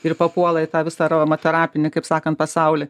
ir papuola į tą visą aromaterapinį kaip sakant pasaulį